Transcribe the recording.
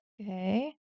Okay